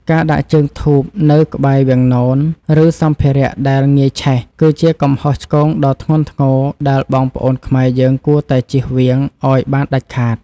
ការដាក់ជើងធូបនៅក្បែរវាំងនន ឬសម្ភារៈដែលងាយឆេះ គឺជាកំហុសឆ្គងដ៏ធ្ងន់ធ្ងរដែលបងប្អូនខ្មែរយើងគួរតែជៀសវាងឱ្យបានដាច់ខាត។